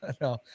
no